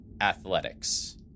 athletics